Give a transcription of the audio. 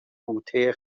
بوته